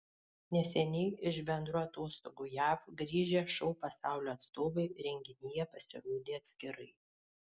neseniai iš bendrų atostogų jav grįžę šou pasaulio atstovai renginyje pasirodė atskirai